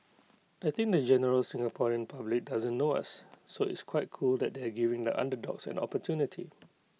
I think the general Singaporean public doesn't know us so it's quite cool that they had giving the underdogs an opportunity